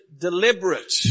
deliberate